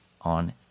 on